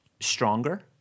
stronger